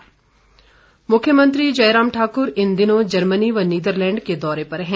निवेशक मुख्यमंत्री जयराम ठाकुर इन दिनों जर्मनी व नीदरलैंड के दौरे पर हैं